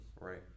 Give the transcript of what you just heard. right